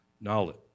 knowledge